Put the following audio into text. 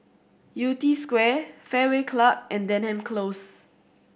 Yew Tee Square Fairway Club and Denham Close